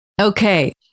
Okay